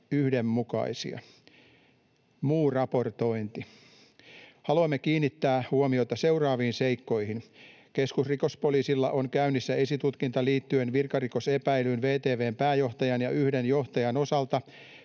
yhdenmukaisia. Muu raportointi: Haluamme kiinnittää huomiota seuraaviin seikkoihin. Keskusrikospoliisilla on käynnissä esitutkinta liittyen virkarikosepäilyyn VTV:n pääjohtajan ja yhden johtajan osalta